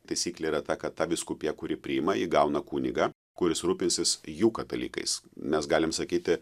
taisyklė yra ta kad ta vyskupija kuri priima ji gauna kunigą kuris rūpinsis jų katalikais nes galim sakyti